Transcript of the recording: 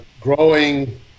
growing